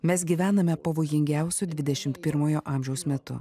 mes gyvename pavojingiausiu dvidešimt pirmojo amžiaus metu